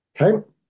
okay